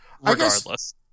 Regardless